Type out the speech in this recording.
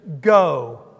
go